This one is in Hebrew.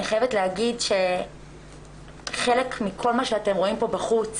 אני חייבת להגיד שחלק מכל מה שאתם רואים בחוץ,